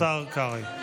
השר קרעי.